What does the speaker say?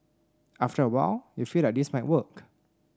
after a while you feel that this might work